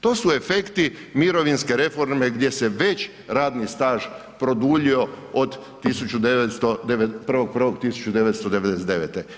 To su efekti mirovinske reforme gdje se već radni staž produljio od 1.1.1999.